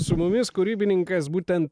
su mumis kūrybininkas būtent